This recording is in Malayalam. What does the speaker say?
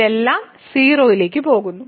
ഇതെല്ലാം 0 ലേക്ക് പോകുന്നു